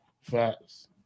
Facts